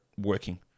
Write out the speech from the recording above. working